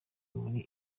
muri